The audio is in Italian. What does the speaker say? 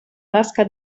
tasca